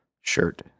shirt